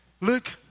look